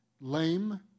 lame